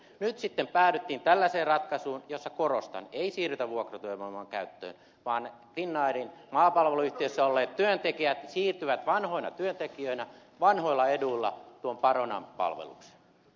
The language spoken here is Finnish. nyt sitten päädyttiin tällaiseen ratkaisuun jossa korostan ei siirrytä vuokratyövoiman käyttöön vaan finnairin maapalveluyhtiössä olleet työntekijät siirtyvät vanhoina työntekijöinä vanhoilla eduilla tuon baronan palvelukseen